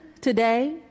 today